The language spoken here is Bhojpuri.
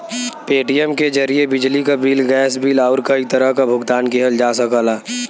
पेटीएम के जरिये बिजली क बिल, गैस बिल आउर कई तरह क भुगतान किहल जा सकला